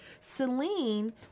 Celine